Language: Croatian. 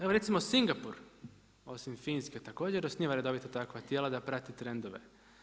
Evo recimo Singapur, osim Finske također osniva redovita takva tijela da prati trendove.